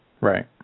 right